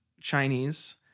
Chinese